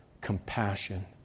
compassion